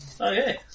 Okay